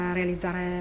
realizzare